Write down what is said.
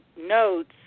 notes